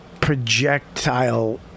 projectile